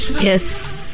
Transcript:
Yes